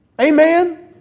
Amen